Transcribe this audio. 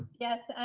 yes,